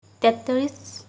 তেত্ৰিছ